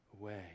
away